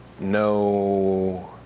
no